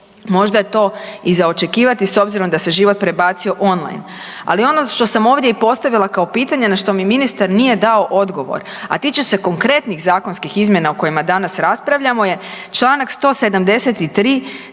Možda je to i za očekivati s obzirom da se život prebacio online, ali ono što sam ovdje i postavila kao pitanje, na što mi ministar nije dao odgovor, a tiče se konkretnih zakonskih izmjena u kojima danas raspravljamo je čl. 173,